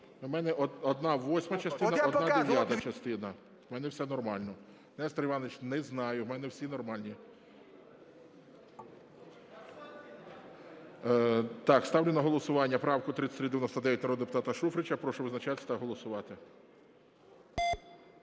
У мене одна - восьма частина, одна – дев'ята частина. У мене все нормально. Несторе Івановичу, не знаю, у мене всі нормальні. Так, ставлю на голосування правку 3399 народного депутата Шуфрича, прошу визначатися та голосувати.